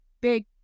big